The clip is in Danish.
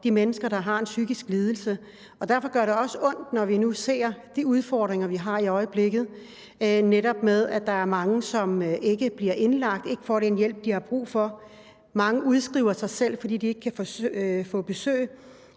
de mennesker, der har en psykisk lidelse, og derfor gør det også ondt, når vi nu ser de udfordringer, vi har i øjeblikket, med at der netop er mange, som ikke bliver indlagt og ikke får den hjælp, de har brug for. Mange udskriver sig selv, fordi de ikke kan få besøg,